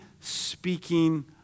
Speaking